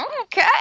Okay